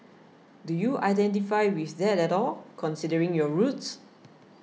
do you identify with that at all considering your roots